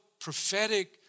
prophetic